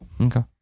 okay